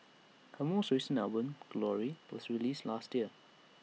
her most recent album glory was released last year